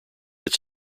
its